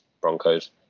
Broncos